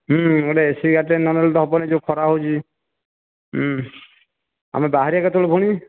ଗୋଟିଏ A C ଗାଡ଼ିଟେ ନ ନେଲେ ତ ହେବନି ଯେଉଁ ଖରା ହେଉଛି ଆମେ ବାହାରିବା କେତେବେଳେ ପୁଣି